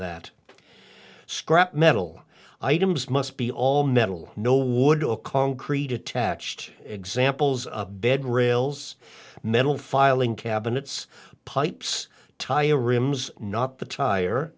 that scrap metal items must be all metal no wood to a concrete attached examples of bed rails metal filing cabinets pipes tie a rims not the tire